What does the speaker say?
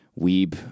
weeb